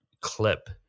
clip